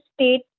state